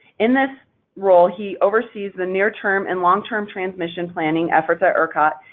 in this role he oversees the near-term and long-term transmission planning efforts at ercot,